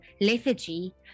lethargy